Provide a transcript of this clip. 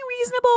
reasonable